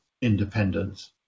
independence